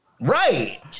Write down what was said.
Right